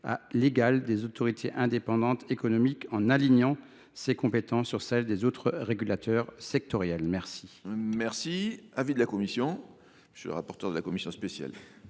l’égale des autorités indépendantes économiques, en alignant ses compétences sur celles des autres régulateurs sectoriels. Quel